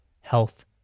health